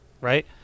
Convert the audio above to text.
Right